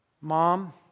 Mom